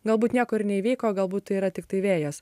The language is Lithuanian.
galbūt nieko ir neįvyko galbūt tai yra tiktai vėjas